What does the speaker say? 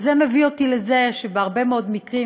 זה מביא אותי לזה שבהרבה מאוד מקרים,